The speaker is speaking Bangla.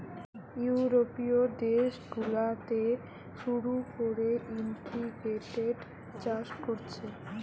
ইউরোপীয় দেশ গুলাতে শুরু কোরে ইন্টিগ্রেটেড চাষ কোরছে